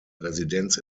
residenz